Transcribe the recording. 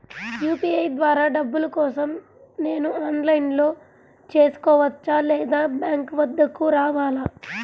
UPI ద్వారా డబ్బులు కోసం నేను ఆన్లైన్లో చేసుకోవచ్చా? లేదా బ్యాంక్ వద్దకు రావాలా?